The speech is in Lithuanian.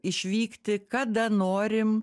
išvykti kada norim